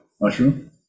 Mushroom